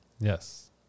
Yes